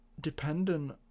dependent